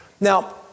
Now